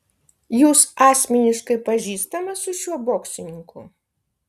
jūs asmeniškai pažįstamas su šiuo boksininku